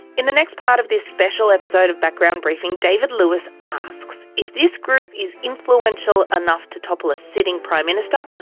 in the next part of this special episode of background briefing david lewis asks if this group is influential enough to topple a sitting prime minister,